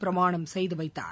பிரமாணம் செய்து வைத்தார்